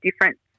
difference